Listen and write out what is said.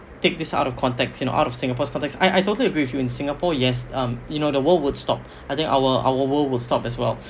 take this out of context in out of singapore's context I I totally agree with you in singapore yes um you know the world would stop I think our our world would stop as well